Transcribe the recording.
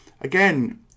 Again